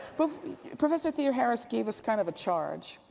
but professor theoharis gave us kind of a charge.